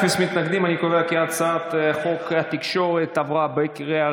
להעביר את הצעת חוק התקשורת (בזק ושידורים)